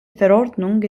verordnung